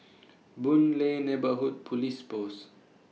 Boon Lay Neighbourhood Police Post